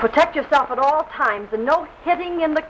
protect yourself at all times and not hitting in the